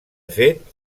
fet